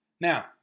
Now